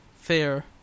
fair